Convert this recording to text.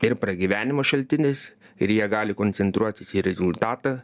ir pragyvenimo šaltinis ir jie gali koncentruotis į rezultatą